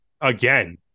Again